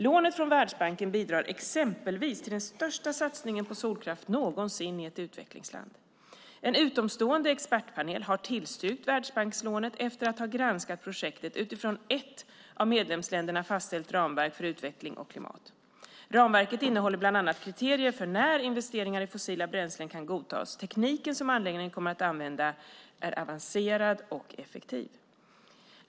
Lånet från Världsbanken bidrar exempelvis till den största satsningen på solkraft någonsin i ett utvecklingsland. En utomstående expertpanel har tillstyrkt Världsbankslånet efter att ha granskat projektet utifrån ett av medlemsländerna fastställt ramverk för utveckling och klimat. Ramverket innehåller bland annat kriterier för när investeringar i fossila bränslen kan godtas. Tekniken som anläggningen kommer att använda är avancerad och effektiv.